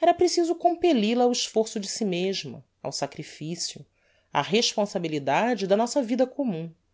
era preciso compellil a ao esforço de si mesma ao sacrificio á responsabilidade da nossa vida commun